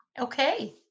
Okay